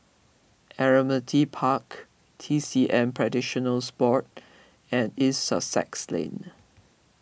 Admiralty Park T C M Practitioners Board and East Sussex Lane